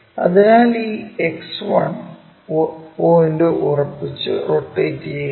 അതിനാൽ ഈ X1 point ഉറപ്പിച്ചു റൊട്ടേറ്റ് ചെയ്യുക